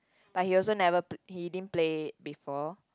but he also never pl~ he didn't play it before